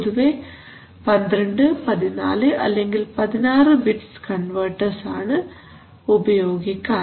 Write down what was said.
പൊതുവേ 12 14 അല്ലെങ്കിൽ 16 bits converters ആണ് ഉപയോഗിക്കാറ്